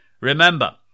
Remember